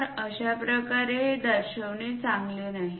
तर अशाप्रकारे हे दर्शविणे चांगले नाही